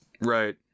Right